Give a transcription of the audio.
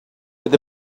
with